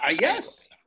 Yes